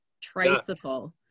tricycle